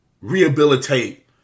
rehabilitate